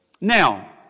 Now